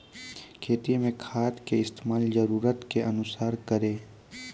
खेती मे खाद के इस्तेमाल जरूरत के अनुसार करऽ